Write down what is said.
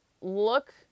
look